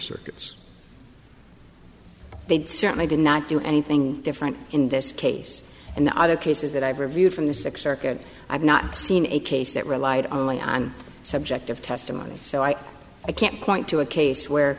circuits they certainly did not do anything different in this case and the other cases that i've reviewed from the sec circuit i've not seen a case that relied only on subjective testimony so i can't point to a case where